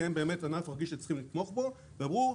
כי הן באמת ענף רגיש שצריכים לתמוך בו, ואמרו: